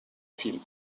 film